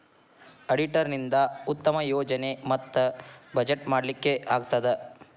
auditor ನಿಂದಾ ಉತ್ತಮ ಯೋಜನೆ ಮತ್ತ ಬಜೆಟ್ ಮಾಡ್ಲಿಕ್ಕೆ ಆಗ್ತದ